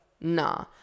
nah